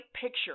picture